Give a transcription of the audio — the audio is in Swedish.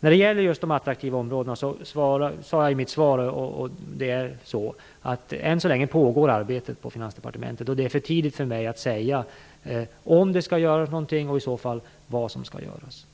När det gäller just de attraktiva områdena sade jag i mitt svar att det än så länge pågår ett arbete på Finansdepartementet, och det är för tidigt för mig att säga om det skall göras någonting och i så fall vad som skall göras.